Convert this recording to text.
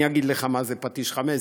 אני אגיד לך מה זה פטיש 5,